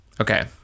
Okay